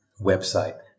website